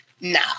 No